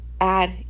add